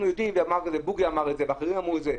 יודעים ובוגי אמר את זה ואחרים אמרו את זה,